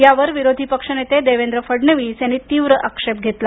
यावर विरोधी पक्षनेते देवेंद्र फडणवीस यांनी तीव्र आक्षेप घेतला